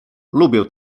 lubię